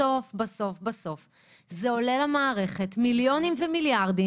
בסוף זה עולה למערכת מיליונים ומיליארדים